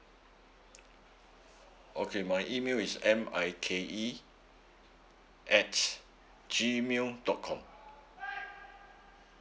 okay my email is M I K E at G mail dot com